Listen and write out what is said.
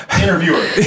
interviewer